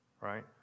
right